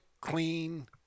clean